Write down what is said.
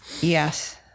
Yes